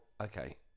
okay